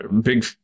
big